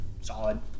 solid